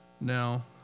Now